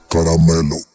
Caramelo